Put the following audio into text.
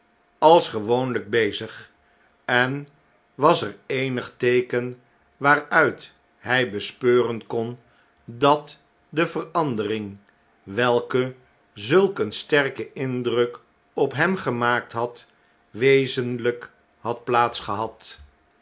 als gewoonlijk bezig en was er eenig teeken waaruit hij bespeuren kon dat de verandering welke zulk een sterken indruk op hem gemaakt had wezenlyk had